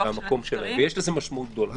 יש לזה משמעות גדולה.